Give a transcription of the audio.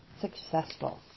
successful